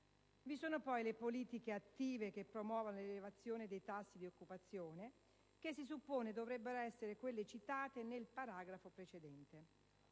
Vi sono poi le politiche attive che promuovono l'elevazione dei tassi di occupazione» che, si suppone, dovrebbero essere quelle citate nel paragrafo precedente.